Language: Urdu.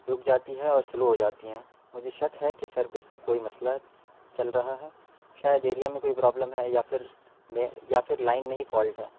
رک جاتی ہے اور سلو ہو جاتی ہیں مجھے شک ہے کہ سروس میں کوئی مسئلہ چل رہا ہے شاید ایریا میں کوئی پرابلم ہے یا پھر میں یا پھر لائن میں ہی فالٹ ہے